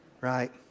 Right